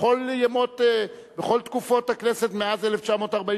בכל תקופות הכנסת מאז 1948,